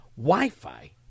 Wi-Fi